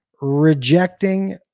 rejecting